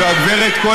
חברת הכנסת